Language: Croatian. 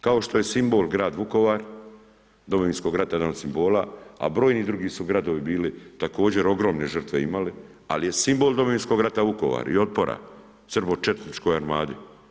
Kao što je simbol grad Vukovar, Domovinskog rata jedan od simbola, a brojni drugi su gradovi bili, također ogromne žrtve imali, ali je simbol Domovinskog rata Vukovar i otpora srbočetničkoj armadi.